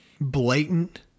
blatant